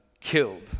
killed